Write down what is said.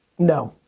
no,